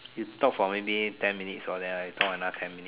you talk for maybe ten minutes hor the I talk another ten minutes